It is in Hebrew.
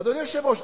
אדוני היושב-ראש,